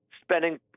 spending